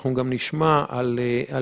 אנחנו נשמע עכשיו מנציגי משרד הבריאות על